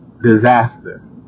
disaster